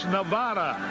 Nevada